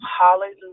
hallelujah